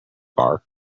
bar